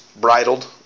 bridled